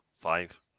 five